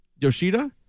Yoshida